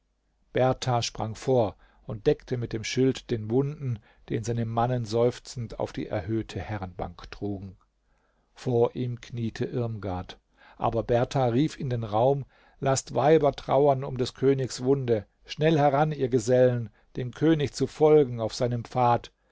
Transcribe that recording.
berthar sprang vor und deckte mit dem schild den wunden den seine mannen seufzend auf die erhöhte herrenbank trugen vor ihm kniete irmgard aber berthar rief in den raum laßt weiber trauern um des königs wunde schnell heran ihr gesellen dem könig zu folgen auf seinem pfad